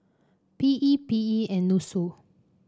P E P E and NUSSU